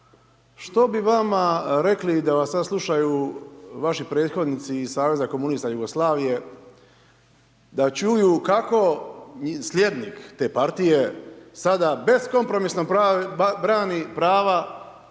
što bi vama rekli da vas sad slušaju vaši prethodnici iz Saveza komunista Jugoslavije da čuju kako i slijednik te partije sada beskompromisno brani prava